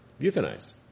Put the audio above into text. euthanized